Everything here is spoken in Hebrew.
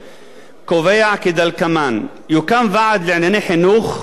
קובע כדלקמן: "יוקם ועד לענייני החינוך (להלן,